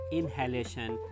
inhalation